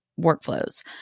workflows